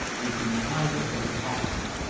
looking idly at nothing.